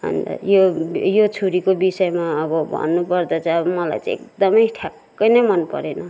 अन्त यो यो छुरीको विषयमा अब भन्नुपर्दा चाहिँ अब मलाई चाहिँ एकदमै ठ्याक्कै नै मन परेन